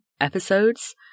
episodes